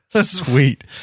sweet